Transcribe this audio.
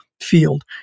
field